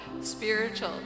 spiritual